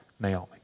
Naomi